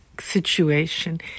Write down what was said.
situation